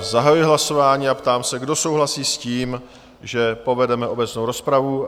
Zahajuji hlasování a ptám se, kdo souhlasí s tím, že povedeme obecnou rozpravu?